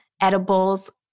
edibles